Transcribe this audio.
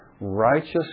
righteous